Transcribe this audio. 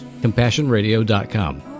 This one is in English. CompassionRadio.com